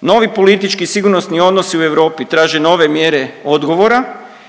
Novi politički i sigurnosni odnosu u Europi traže nove mjere odgovora.